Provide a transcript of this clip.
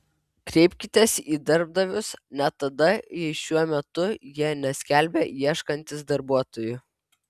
kreipkitės į darbdavius net tada jei šiuo metu jie neskelbia ieškantys darbuotojų